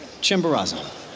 Chimborazo